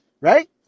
Right